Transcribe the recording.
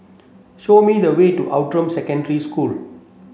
show me the way to Outram Secondary School